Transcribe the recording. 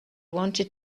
wanted